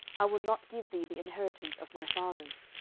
i will not give thee the inheritance of my fathers.